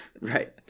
Right